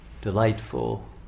delightful